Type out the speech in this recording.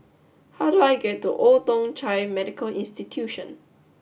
how do I get to Old Thong Chai Medical Institution